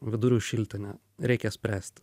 vidurių šiltinė reikia spręsti